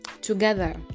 together